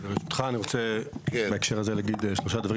ברשותך, אני רוצה, בהקשר הזה, להגיד שלושה דברים.